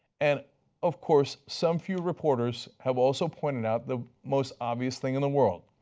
and of course some few reporters have also pointed out the most obvious things in the world,